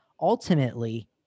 ultimately